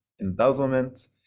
embezzlement